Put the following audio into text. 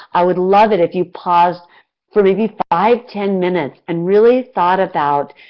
i would love it if you paused for maybe five, ten minutes and really thought about,